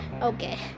Okay